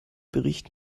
bericht